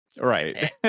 Right